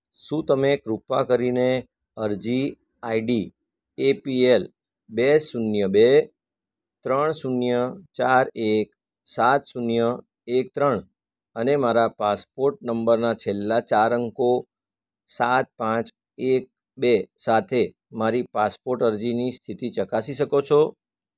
શું તમે કૃપા કરીને અરજી આઈડી એપીએલ બે શૂન્ય બે ત્રણ શૂન્ય ચાર એક સાત શૂન્ય એક ત્રણ અને મારા પાસપોર્ટ નંબરના છેલ્લા ચાર અંકો સાત પાંચ એક બે સાથે મારી પાસપોર્ટ અરજીની સ્થિતિ ચકાસી શકો છો